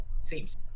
Seems